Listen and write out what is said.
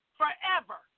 forever